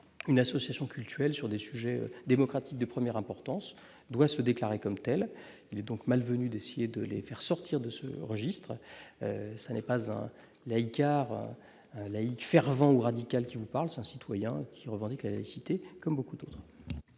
une association cultuelle, sur des sujets démocratique de première importance doit se déclarer comme tels, il est donc malvenu d'essayer de les faire sortir de ce registre, ce n'est pas un laïcards la fervent ou radical qui vous parle, c'est un citoyen qui revendique la nécessité, comme beaucoup d'autres.